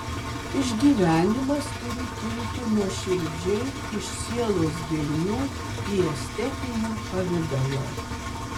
išgyvenimas turi kilti nuoširdžiai iš sielos gelmių į estetinį pavidalą